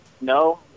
No